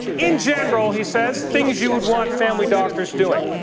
in general, he says, things you would want family doctors doing.